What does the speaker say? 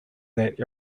that